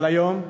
אבל היום,